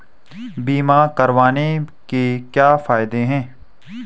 बीमा करवाने के क्या फायदे हैं?